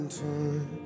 turn